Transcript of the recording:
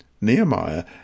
Nehemiah